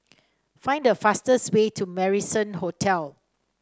find the fastest way to Marrison Hotel